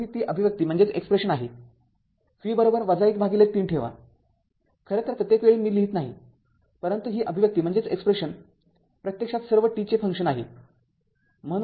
तर ही ती अभिव्यक्ती आहे v १३ ठेवा खरं तर प्रत्येक वेळी मी लिहीत नाही परंतु ही अभिव्यक्ती प्रत्यक्षात सर्व t चे फंक्शन आहे